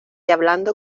hablando